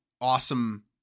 awesome